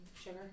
sugar